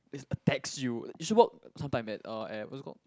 it's you should work sometime uh at what's it called